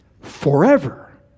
forever